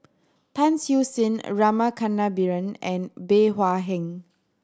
Tan Siew Sin Rama Kannabiran and Bey Hua Heng